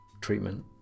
treatment